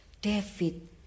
David